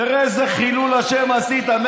תראה איזה חילול השם עשית.